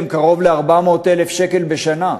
קרוב ל-400,000 שקל בשנה.